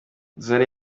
zari